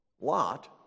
Lot